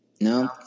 No